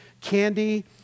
Candy